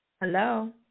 Hello